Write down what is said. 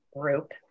group